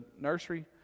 nursery